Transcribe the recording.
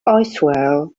israel